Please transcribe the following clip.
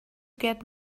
get